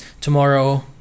tomorrow